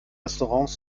restaurants